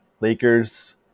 Lakers